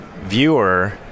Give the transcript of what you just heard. viewer